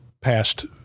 passed